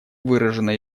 выражено